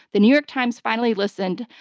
the new york times finally listened,